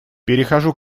перехожу